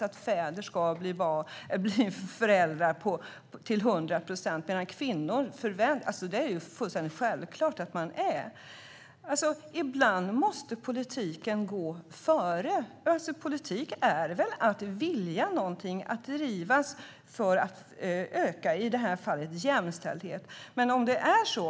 Att fäder ska bli föräldrar till 100 procent är något som villkoras, medan det är fullständigt självklart för kvinnor. Ibland måste politiken gå före. Politik är väl att vilja någonting, att driva något? I det här fallet handlar det om att öka jämställdheten.